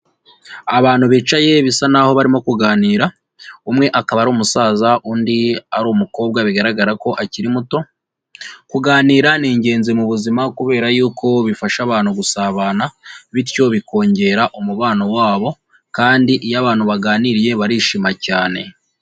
Abantu bicaye bisa n'aho barimo kuganira, umwe akaba ari umusaza undi ari umukobwa bigaragara ko akiri muto. Kuganira ni ingenzi mu buzima kubera yuko bifasha abantu gusabana, bityo bikongera umubano wa bo kandi iyo abantu baganiriye barishima cyane.